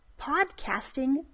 podcasting